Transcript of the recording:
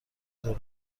دلار